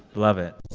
love it